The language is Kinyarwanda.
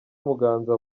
muganza